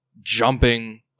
jumping